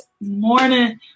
morning